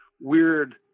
weird